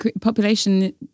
population